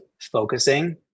focusing